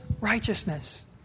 righteousness